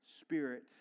Spirit